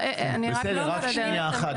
בסדר, רק שנייה אחת.